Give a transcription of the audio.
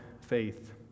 faith